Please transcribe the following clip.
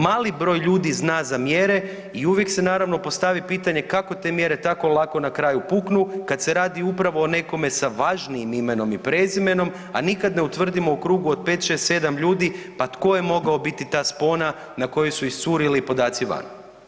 Mali broj ljudi zna za mjere i uvijek se naravno postavi pitanje kako te mjere tako lako na kraju puknu kad se radi upravo o nekome sa važnijim imenom i prezimenom, a nikad ne utvrdimo u krugu od 5, 6, 7 ljudi pa tko je mogao biti ta spona na kojoj su iscurili podaci van.